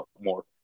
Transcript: more